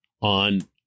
on